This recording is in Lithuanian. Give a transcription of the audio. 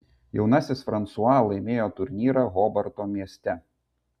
jaunasis fransua laimėjo turnyrą hobarto mieste